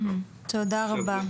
אני אגיד,